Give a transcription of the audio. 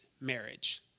marriage